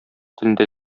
телендә